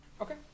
Okay